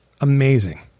amazing